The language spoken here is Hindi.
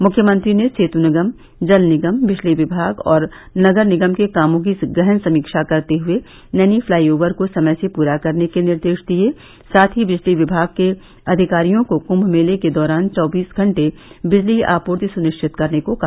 मुख्यमंत्री ने सेतु निगम जल निगम बिजली विमाग और नगर निगम के कामों की सधन समीक्षा करते हुए नैनी फ्लाई ओवर को समय से पूरा करने के निर्देश दिये साथ ही बिजली विभाग के अधिकारियों को कुम्म मेले के दौरान चौबीस घंटे बिजली आपूर्ति सुनिश्चित करने को कहा